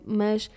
mas